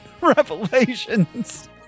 revelations